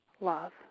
love